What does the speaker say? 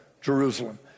Jerusalem